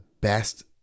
best